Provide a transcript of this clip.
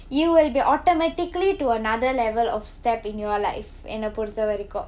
you will be automatically to another level of step in your life என்னை பொறுத்த வரைக்கும்:ennai poruttha varaikum